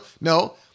No